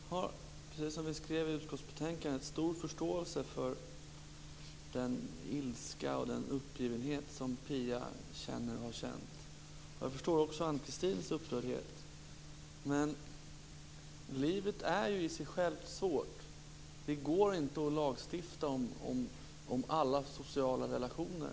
Herr talman! Precis som det står i utskottsbetänkandet har jag stor förståelse för den ilska och den uppgivenhet som Pia har känt och känner. Jag förstår också Ann-Kristin Føskers upprördhet. Men livet i sig är svårt. Det går inte att lagstifta om alla sociala relationer.